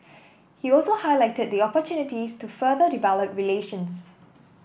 he also highlighted the opportunities to further develop relations